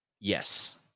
yes